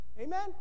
Amen